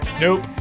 Nope